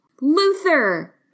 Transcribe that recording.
Luther